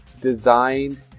designed